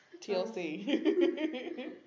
TLC